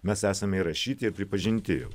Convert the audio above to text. mes esame įrašyti ir pripažinti